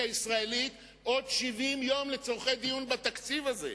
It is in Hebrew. הישראלית עוד 70 יום לצורכי דיון בתקציב הזה.